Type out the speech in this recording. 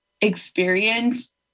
experience